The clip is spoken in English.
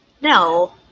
No